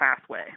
pathway